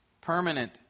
permanent